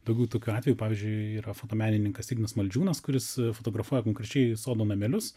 daugiau tokių atvejų pavyzdžiui yra fotomenininkas ignas maldžiūnas kuris fotografuoja konkrečiai sodo namelius